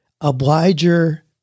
obliger